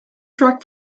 track